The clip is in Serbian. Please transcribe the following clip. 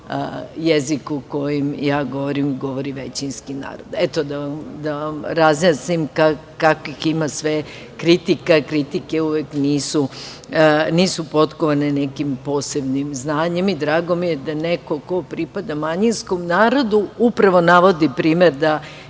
jeziku kojim ja govorim i govori većinski narod. Eto, da vam razjasnim kakvih ima sve kritika, a kritike nisu uvek potkovane nekim posebnim znanjem. Drago mi je da neko ko pripada manjinskom narodu upravo navodi primer da